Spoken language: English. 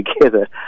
together